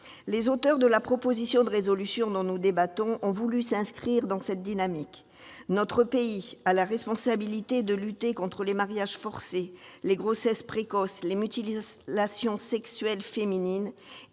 Les auteurs de la proposition de résolution dont nous débattons ont voulu s'inscrire dans cette dynamique. Notre pays a la responsabilité de lutter contre les mariages forcés, les grossesses précoces, les mutilations sexuelles féminines,